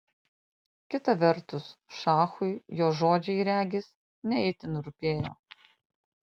kita vertus šachui jo žodžiai regis ne itin rūpėjo